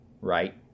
Right